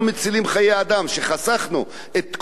כשחסכנו את תקופת המחלה,